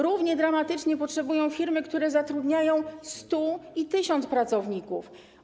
Równie dramatycznie potrzebują firmy, które zatrudniają 100 i 1000 pracowników.